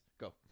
Go